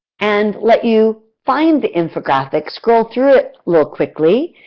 and let you find the infographic, scroll through it real quickly.